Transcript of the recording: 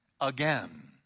again